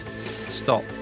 Stop